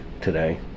today